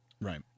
Right